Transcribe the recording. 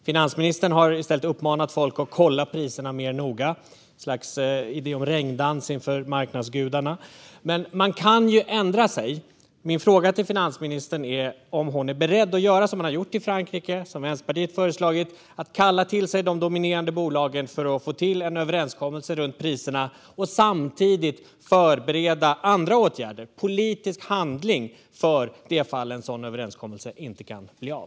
Finansministern har i stället uppmanat folk att kolla priserna mer noga - en sorts idé om regndans inför marknadsgudarna. Men man kan ju ändra sig. Min fråga till finansministern är om hon är beredd att göra som man gjort i Frankrike och som Vänsterpartiet föreslagit och kalla till sig de dominerande bolagen för att få till en överenskommelse om priserna och samtidigt förbereda andra åtgärder, politisk handling, för det fall en sådan överenskommelse inte kan bli av.